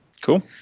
Cool